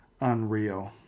unreal